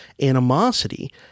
animosity